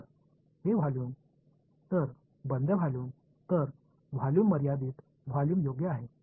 तर हे व्हॉल्यूम तर बंद व्हॉल्यूम तर व्हॉल्यूम मर्यादित व्हॉल्यूम योग्य आहे